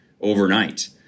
Overnight